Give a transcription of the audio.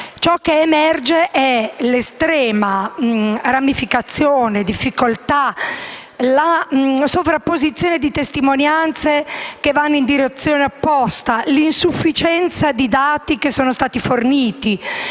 Ciò che emerge è un'estrema ramificazione, le difficoltà, la sovrapposizione di testimonianze che vanno in direzione opposta, l'insufficienza dei dati forniti